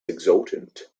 exultant